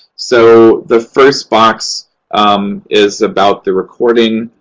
so, the first box is about the recording,